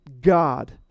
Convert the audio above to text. God